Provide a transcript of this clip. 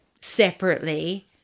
separately